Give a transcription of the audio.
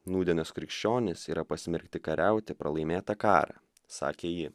nūdienos krikščionys yra pasmerkti kariauti pralaimėtą karą sakė ji